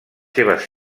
seves